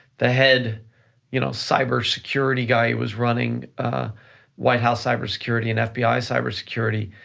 the head you know cyber security guy who was running white house cybersecurity and fbi cyber security,